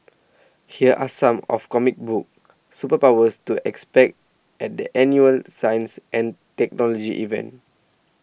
here are some of comic book superpowers to expect at the annual science and technology event